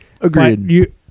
Agreed